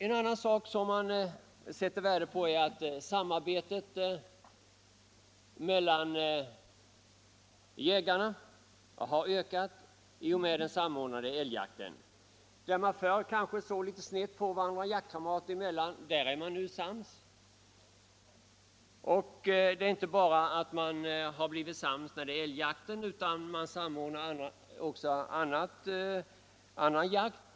En annan sak som man sätter värde på är att samarbetet mellan jägarna har ökat i och med den samordnade älgjakten. Där man förr kanske såg litet snett på varandra jaktkamrater emellan är man nu sams. Och man är inte bara sams när det gäller älgjakten — man samordnar också annan jakt.